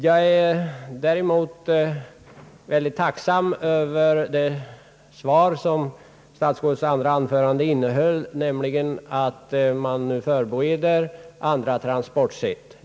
Jag är däremot mycket tacksam över det svar statsrådet i sitt andra anförande lämnade, att man förbereder andra transportsätt.